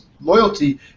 loyalty